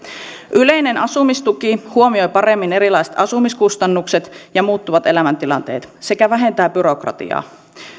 yleinen asumistuki huomioi paremmin erilaiset asumiskustannukset ja muuttuvat elämäntilanteet sekä vähentää byrokratiaa